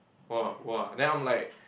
!wah! !wah! then I'm like